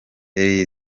there